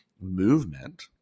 movement